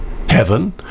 heaven